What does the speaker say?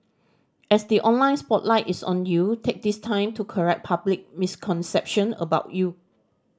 as the online spotlight is on you take this time to correct public misconception about you